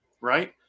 right